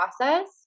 process